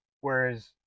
Whereas